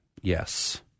yes